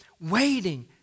waiting